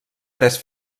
tres